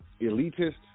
elitist